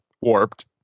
warped